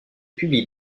publie